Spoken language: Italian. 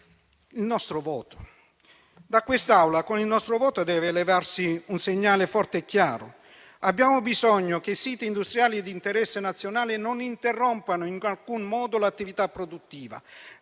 il nostro voto; da quest'Aula con il nostro voto deve elevarsi un segnale forte e chiaro. Abbiamo bisogno che siti industriali di interesse nazionale non interrompano in alcun modo l'attività produttiva,